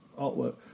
artwork